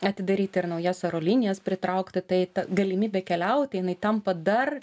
atidaryti ir naujas oro linijas pritraukti tai ta galimybė keliauti jinai tampa dar